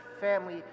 family